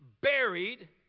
buried